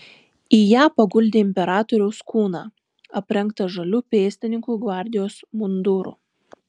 į ją paguldė imperatoriaus kūną aprengtą žaliu pėstininkų gvardijos munduru